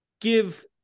give